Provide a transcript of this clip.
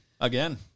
again